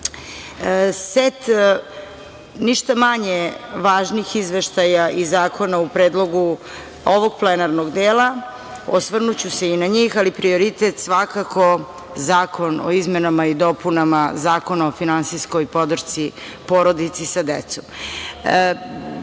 ja. Set ništa manje važnih izveštaja i zakona u predlogu ovog plenarnog dela, osvrnuću se i na njih, ali prioritet je svakako Zakon o izmenama i dopunama Zakona o finansijskoj podršci porodici sa decom. Država